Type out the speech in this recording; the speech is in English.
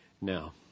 now